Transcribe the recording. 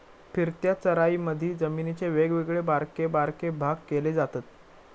फिरत्या चराईमधी जमिनीचे वेगवेगळे बारके बारके भाग केले जातत